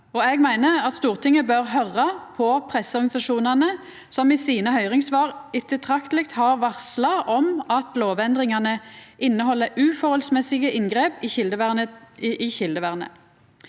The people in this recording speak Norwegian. Stortinget bør høyra på presseorganisasjonane, som i sine høyringssvar ettertrykkeleg har varsla om at lovendringane inneheld uforholdsmessige inngrep i kjeldevernet.